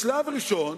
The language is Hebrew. בשלב ראשון